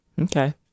Okay